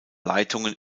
leitungen